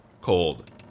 cold